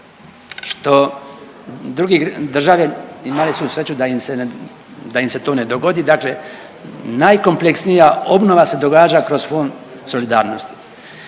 što druge države imali su sreću da im se ne, da im se to ne dogodi, dakle najkompleksnija obnova se događa kroz Fond solidarnosti.